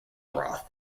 broth